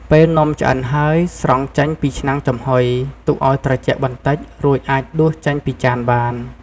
ពេលនំឆ្អិនហើយ ស្រង់ចេញពីឆ្នាំងចំហុយ ទុកឱ្យត្រជាក់បន្តិច រួចអាចដួសចេញពីចានបាន។